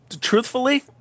Truthfully